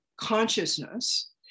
consciousness